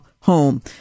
home